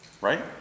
right